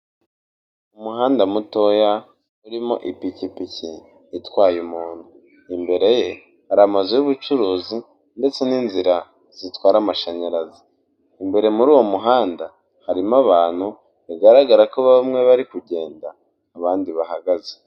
Umuhanda mutoya urimo ipikipiki itwaye umuntu, imbere ye hari amazu y'ubucuruzi ndetse n'inzira zitwara amashanyarazi. Imbere muri uwo muhanda harimo abantu, bigaragara ko bamwe bari kugenda abandi bahagaze.